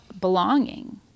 belonging